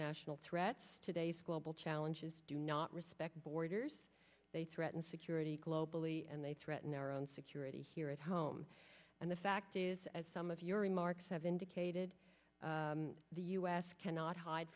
national threats today squabble challenges do not respect borders they threaten security globally and they threaten our own security here at home and the fact is as some of your remarks have indicated the u s cannot hide